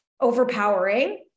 overpowering